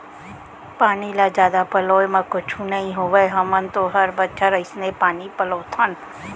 पानी ल जादा पलोय म कुछु नइ होवय हमन तो हर बछर अइसने पानी पलोथन